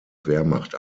wehrmacht